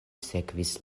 sekvis